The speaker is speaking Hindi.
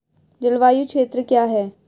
जलवायु क्षेत्र क्या है?